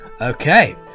Okay